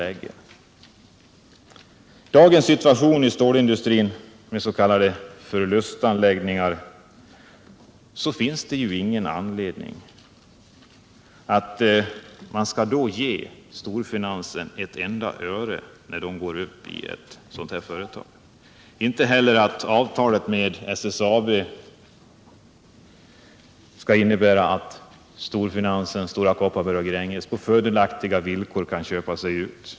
I dagens situation inom stålindustrin med s.k. förlustanläggningar finns det ingen anledning att ge storfinansen ett enda öre när de går upp i ett sådant här företag, och inte heller när avtalet med SSAB innebär att storfinansen — Stora Kopparberg och Gränges — på fördelaktiga villkor kan köpa sig ut.